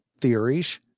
theories